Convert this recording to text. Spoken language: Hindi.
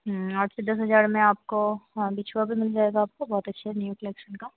हूँ आठ से दस हज़ार में आपको हाँ बिछुआ भी मिल जाएगा आपको बहुत अच्छे न्यू कलेक्शन का